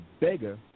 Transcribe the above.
beggar